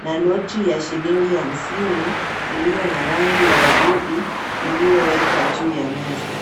na noti ya shilingi hamsini iliyo na rangi ya waridi iliyowekwa juu ya meza.